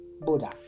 Buddha